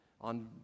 on